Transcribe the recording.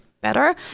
better